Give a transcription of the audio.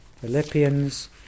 Philippians